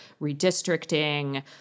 redistricting